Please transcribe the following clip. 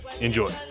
Enjoy